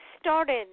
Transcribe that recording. started